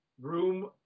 room